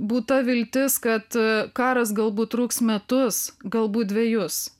būta viltis kad karas galbūt truks metus galbūt dvejus